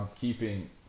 keeping